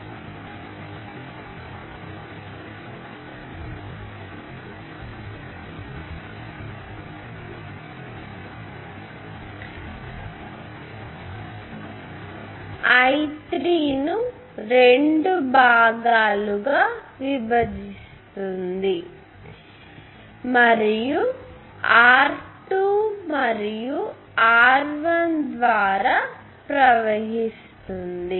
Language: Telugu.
మొత్తం కరెంట్ I3 రెండు భాగాలుగా విభజిస్తుంది మరియు R2 మరియు R1 ద్వారా ప్రవహిస్తుంది